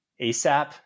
ASAP